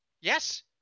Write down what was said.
yes